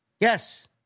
Yes